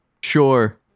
sure